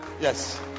Yes